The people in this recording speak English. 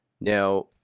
Now